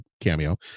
cameo